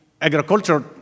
agriculture